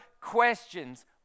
questions